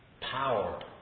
power